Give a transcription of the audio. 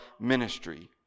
ministry